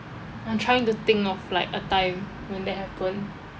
I'm trying to think of like a time when that happened